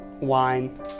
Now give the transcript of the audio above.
wine